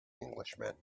englishman